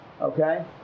Okay